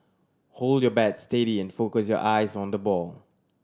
hold your bat steady and focus your eyes on the ball